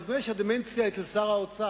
אבל נדמה לי שהדמנציה היא אצל שר האוצר.